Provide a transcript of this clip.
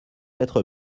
être